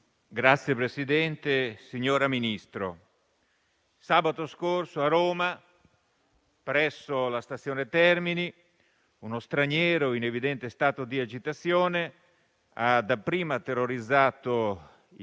Signor Presidente, signora Ministro, sabato scorso a Roma, presso la stazione Termini, uno straniero in evidente stato di agitazione ha dapprima terrorizzato i